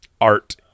art